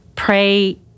Pray